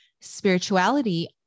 spirituality